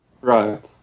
Right